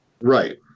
Right